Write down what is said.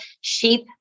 sheep